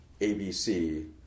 ABC